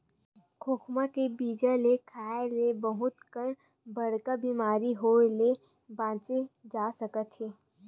खोखमा के बीजा ल खाए ले बहुत कन बड़का बेमारी होए ले बाचे जा सकत हे